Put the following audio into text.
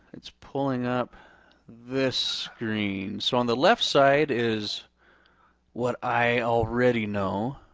it's pulling up this screen. so on the left side is what i already know.